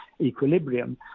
equilibrium